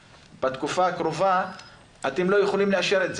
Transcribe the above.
בתקופה הקרובה אתם לא יכולים לאשר את זה,